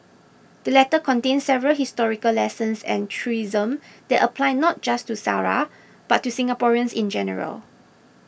the letter contains several historical lessons and truisms that apply not just to Sara but to Singaporeans in general